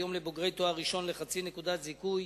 היום לבוגרי תואר ראשון לחצי נקודת זיכוי